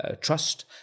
trust